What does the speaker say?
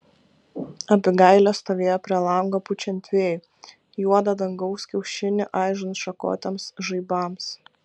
abigailė stovėjo prie lango pučiant vėjui juodą dangaus kiaušinį aižant šakotiems žaibams